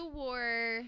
wore